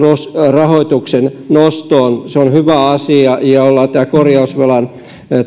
rahoituksen nostoon se on hyvä asia ja ollaan tämän korjausvelan